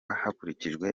hakurikijwe